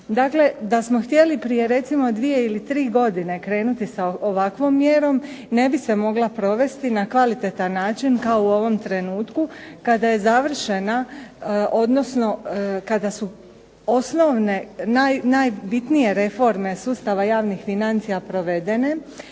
Dakle, da smo htjeli prije recimo dvije ili tri godine krenuti sa ovakvom mjerom ne bi se mogla provesti na kvalitetan način kao u ovom trenutku kada je završena, odnosno kada su osnovne najbitnije reforme sustava javnih financija provedene.